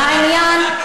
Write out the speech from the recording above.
תני לה.